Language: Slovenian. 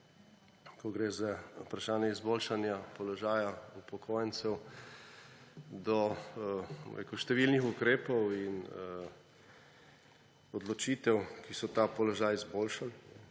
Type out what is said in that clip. ko gre za vprašanje izboljšanja položaja upokojencev, do številnih ukrepov in odločitev, ki so ta položaj v